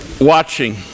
watching